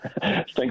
Thanks